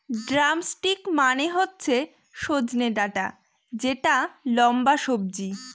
drumstick মানে হচ্ছে সজনে ডাটা যেটা লম্বা সবজি